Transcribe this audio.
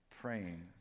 praying